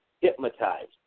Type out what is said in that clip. hypnotized